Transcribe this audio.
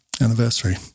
anniversary